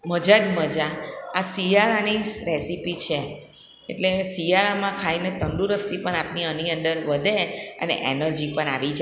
મઝા જ મઝા આ શિયાળાની રેસીપી છે એટલે શિયાળામાં ખાઈને તંદુરસ્તી પણ આપણી અને અંદર વધે અને એનર્જી પણ આવે